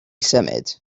symud